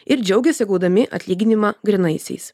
ir džiaugiasi gaudami atlyginimą grynaisiais